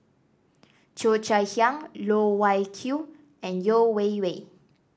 Cheo Chai Hiang Loh Wai Kiew and Yeo Wei Wei